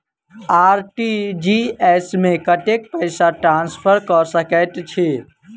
RTGS मे कतेक पैसा ट्रान्सफर कऽ सकैत छी?